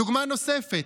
דוגמה נוספת: